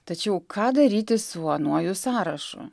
tačiau ką daryti su anuoju sąrašu